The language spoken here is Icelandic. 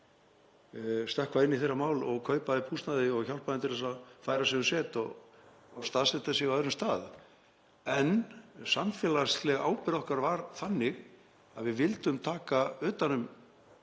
stökkva inn í þeirra mál, kaupa upp húsnæði og hjálpa þeim að færa sig um set og staðsetja sig á öðrum stað, en samfélagsleg ábyrgð okkar var þannig að við vildum taka utan um